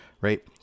Right